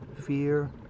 Fear